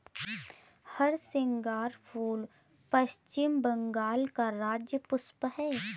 हरसिंगार फूल पश्चिम बंगाल का राज्य पुष्प है